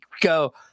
go